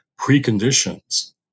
preconditions